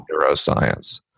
neuroscience